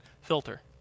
filter